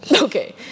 Okay